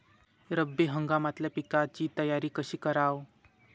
रब्बी हंगामातल्या पिकाइची तयारी कशी कराव?